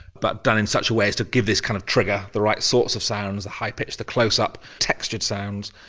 but done in such a way as to give this kind of trigger, the right sorts of sounds, the high-pitched, the close-up textured sounds,